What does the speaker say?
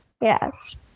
Yes